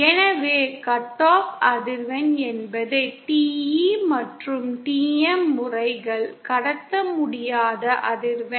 எனவே cut off அதிர்வெண் என்பது TE மற்றும் TM முறைகள் கடத்த முடியாத அதிர்வெண்